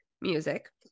music